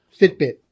Fitbit